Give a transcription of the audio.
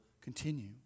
continue